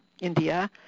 India